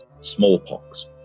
smallpox